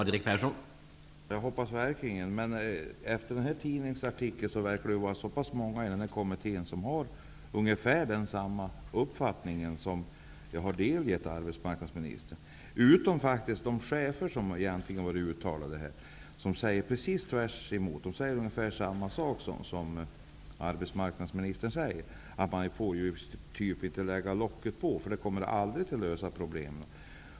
Herr talman! Det hoppas jag verkligen, men efter vad som står i tidningsartikeln verkar det vara många i den här kommittén som har ungefär samma uppfattning som den jag har delgett arbetsmarknadsministern. Undantagen är faktiskt de chefer som uttalar sig. De säger precis tvärtemot. De säger ungefär samma sak som arbetsmarknadsministern, att man inte får lägga locket på. Det kommer aldrig att lösa problemen.